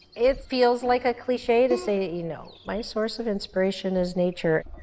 it feels like a cliche to say that, you know, my source of inspiration is nature.